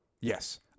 Yes